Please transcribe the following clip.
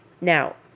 Now